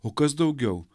o kas daugiau